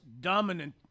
dominant